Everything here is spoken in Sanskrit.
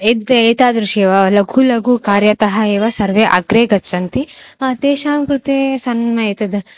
एद् एतादृशं वा लघु लघु कार्यतः एव सर्वे अग्रे गच्छन्ति तेषां कृते सन्म् एतद्